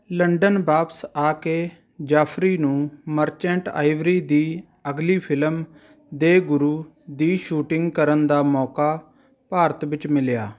London ਵਾਪਸ ਆ ਕੇ ਜਾਫ਼ਰੀ ਨੂੰ ਮਰਚੈਂਟ ਆਈਵਰੀ ਦੀ ਅਗਲੀ ਫਿਲਮ ਦੇ ਗੁਰੂ ਦੀ ਸ਼ੂਟਿੰਗ ਕਰਨ ਦਾ ਮੌਕਾ ਭਾਰਤ ਵਿੱਚ ਮਿਲਿਆ